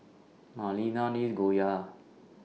Marlena loves Gyoza